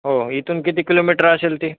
हो इथून किती किलोमिटर असेल ते